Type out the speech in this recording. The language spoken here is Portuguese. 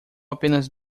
apenas